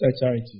charity